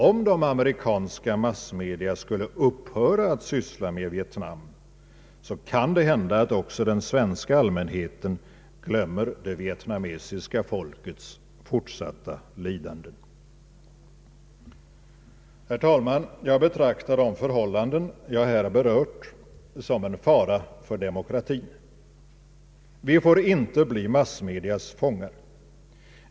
Om de amerikanska massmedia skulle upphöra att syssla med Vietnam kan det hända att också den svenska allmänheten glömmer det vietnamesiska folkets fortsatta lidanden. Herr talman! Jag betraktar de förhållanden jag här berört som en fara för demokratin. Vi får inte bli massmedias fångar.